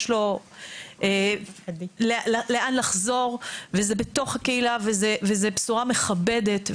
לו לאן לחזור וזה בתוך הקהילה וזה בשורה מכבדת.